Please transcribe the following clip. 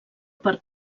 per